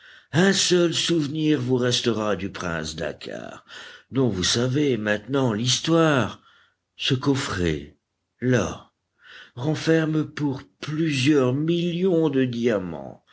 un seul souvenir vous restera du prince dakkar dont vous savez maintenant l'histoire ce coffret là renferme pour plusieurs millions de diamants